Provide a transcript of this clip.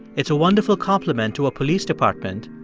it's a wonderful complement to a police department,